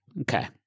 Okay